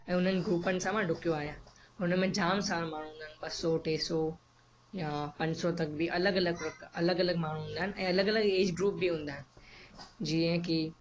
ऐं उन्हनि ग्रुपनि सां मां डुकियो आहियां हुन में जाम सारा माण्हू हूंदा आहिनि ॿ सौ टे सौ या पंज सौ तक बि अलॻि अलॻि प्रका अलॻि अलॻि माण्हू हूंदा आहिनि ऐं अलॻि अलॻि एज ग्रुप बि हूंदा आहिनि जीअं की